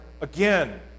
again